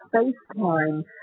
space-time